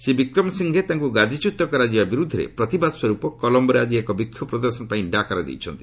ଶ୍ରୀ ବିକ୍ରମାସିଫ୍ଟେ ତାଙ୍କୁ ଗାଦିଚୁତ କରାଯିବା ବିରୁଦ୍ଧରେ ପ୍ରତିବାଦ ସ୍ୱରୂପ କଲୟୋରେ ଆଜି ଏକ ବିକ୍ଷୋଭ ପ୍ରଦର୍ଶନ ପାଇଁ ଡାକରା ଦେଇଛନ୍ତି